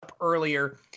earlier